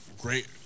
Great